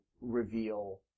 reveal